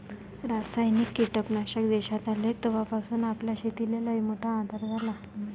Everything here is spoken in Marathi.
रासायनिक कीटकनाशक देशात आले तवापासून आपल्या शेतीले लईमोठा आधार झाला